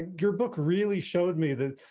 your book really showed me that,